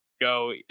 go